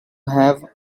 have